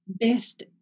best